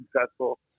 successful